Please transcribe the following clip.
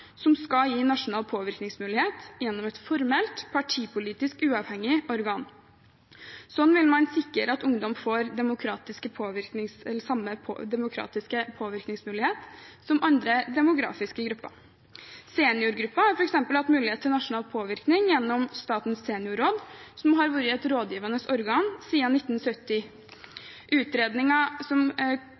som skal gi nasjonal påvirkningsmulighet gjennom et formelt, partipolitisk uavhengig organ. Sånn vil man sikre at ungdom får samme demokratiske påvirkningsmulighet som andre demografiske grupper. Seniorgruppen har f.eks. hatt mulighet til nasjonal påvirkning gjennom Statens seniorråd, som har vært et rådgivende organ siden 1970. Utredningen om nasjonalt kompetansesenter som